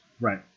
Right